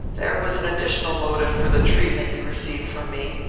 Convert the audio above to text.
there was an additional motive for the treatment you received from me.